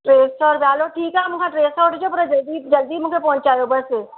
टे सौ रुपिया हलो ठीकु आहे मूंखां टे सौ ॾिजो पर मूंखे जल्दी जल्दी पहुचायो बस